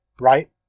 right